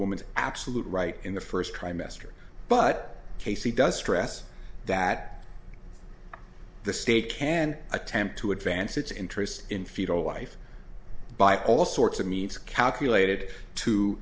woman's absolute right in the first trimester but casey does stress that the state can attempt to advance its interests in fetal life by all sorts of means calculated to